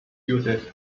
uses